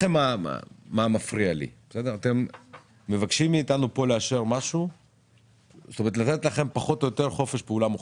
אתם מבקשים מאיתנו לתת לכם חופש פעולה מוחלט,